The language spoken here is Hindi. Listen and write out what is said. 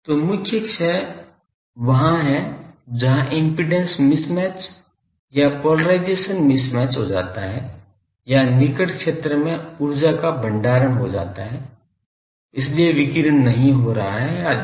तो मुख्य क्षय वहाँ है जहाँ इम्पीडेन्स मिसमैच या पोलराइज़शन मिसमैच हो जाता है या निकट क्षेत्र में ऊर्जा का भंडारण हो जाता है इसलिए विकिरण नहीं हो रहा है आदि